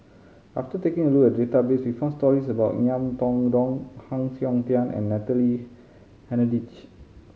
after taking a look at the database we found stories about Ngiam Tong Dow Heng Siok Tian and Natalie Hennedige